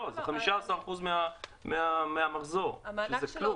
לא, זה 15% מהמחזור, שזה כלום.